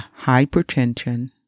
hypertension